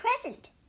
present